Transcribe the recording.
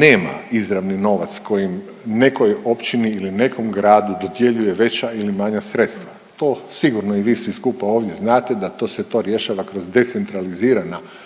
nema izravni novac s kojim nekoj općini ili nekom gradu dodjeljuje veća ili manja sredstva. To sigurno i vi svi skupa ovdje znate da to se to rješava kroz decentralizirana sredstva